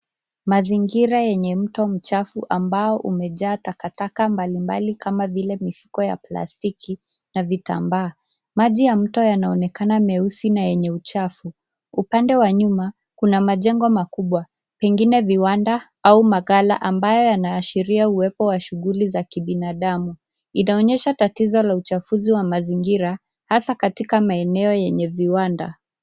Mazingira yenye mto mchafu ambao umejaa takataka mbali mbali kama vile mifuko ya plastiki na vitambaa. Maji ya mto yanaonekana meusi na yenye uchafu. Upande wa nyuma kuna majengo makubwa, pengine viwanda au maghala ambao yanaashiria uwepo wa shughuli za kibinadamu. Inaonyesha tatizo la uchafuzi wa mazingira, hasa katika maeneo yenye viwanda.